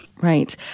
Right